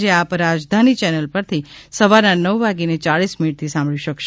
જે આપ રાજધાની ચેનલ પરથી સવારના નવ વાગીને ચાલીસ મીનીટથી સાંભળી શકશો